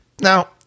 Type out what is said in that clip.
Now